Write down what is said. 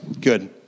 good